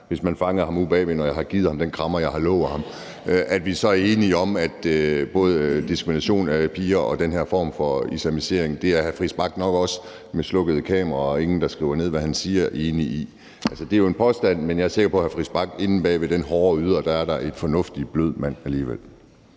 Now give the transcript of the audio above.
hvis jeg fanger ham ude bagved, og når jeg har givet ham den krammer, jeg har lovet ham, så er enig med mig. Både med hensyn til den diskrimination af piger og den her form for islamisering er hr. Christian Friis Bach nok også med slukkede kameraer og ingen, der skriver ned, hvad han siger, enig i det. Altså, det er jo en påstand, men jeg er sikker på, at der inde bag hr. Christian Friis Bachs hårde ydre er en fornuftig, blød mand alligevel.